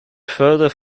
further